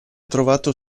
trovato